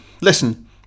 Listen